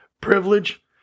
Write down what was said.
privilege